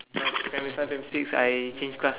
primary five primary six I change class